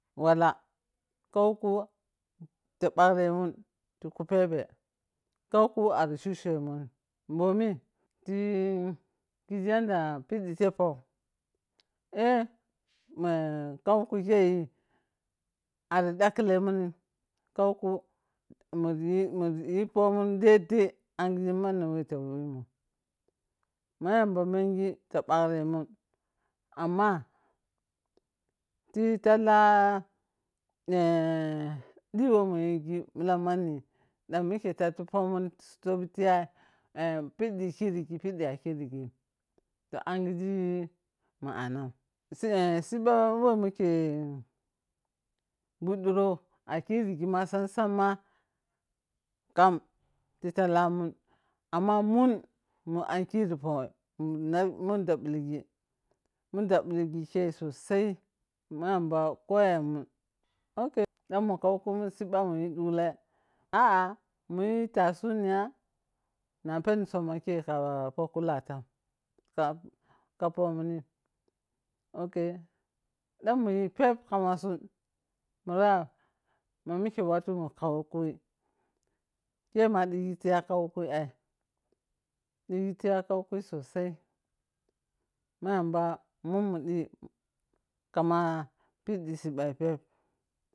Wala, kauku ta bagremun tikupebe kauku ari chuchemunni bomi tih kiȝi yaɗɗa piddi teppou, eh ma kauku keiyi ari ɗakkulemungi kauku muriyi, muriyi pomun dai-dai angige manni whe awemun. Ma yamba mengi ta bagremun amma ti talla ɗhi whe munyigi milam manni ɗan mike tattu pomun sobtiya eh, piɗɗi kirigi piɗɗi akirigin toh angiji ma’anan si eh sibba whe mike guɗɗuro akiriginma sam-sam ma kam ti tallamun amma mun, mun ankiro poi mu nai, mun dabbilg mun dabbilgi kei sosai ma yamba koyemun, ok, ɗan munkaukumun sibba munyi ɗulle ah-ah munyi tasuniya, na peni summo kei ka kula tan ka, kapomunin ok, ɗan munyi pep kamasun, mura mamise wattu mu kau kwui kema ɗigi tiga kaukwui ai, ɗigi tiya kau kwui sosai ma yamba munmu ɗhi kama piɗɗi sibbai pep.